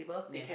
yes